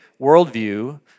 worldview